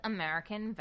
American